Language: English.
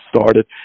started